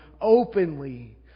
openly